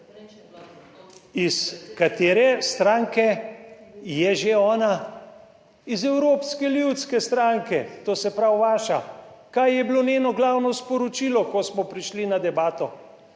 Iz katere stranke je že ona? Iz Evropske ljudske stranke, to se pravi vaša. Kaj je bilo njeno glavno sporočilo, ko smo prišli na debato,